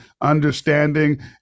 understanding